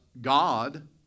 God